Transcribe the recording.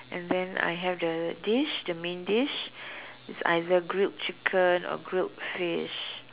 and then I have the dish the main dish is either grilled chicken or grilled fish